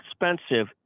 expensive